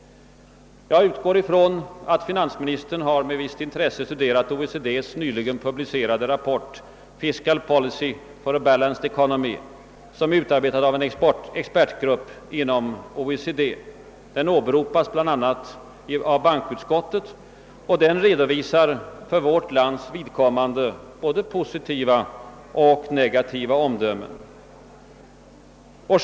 Jag utgår från att finansministern med visst intresse har studerat OECD:s nyligen publicerade rapport Fiscal Policy for a Balanced Economy, som är utarbetad av en expertgrupp inom OECD. Den åberopas bl.a. av bankoutskottet. Rapporten redovisar för vårt lands vidkommande både positiva och negativa omdömen.